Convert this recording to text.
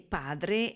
padre